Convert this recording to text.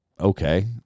okay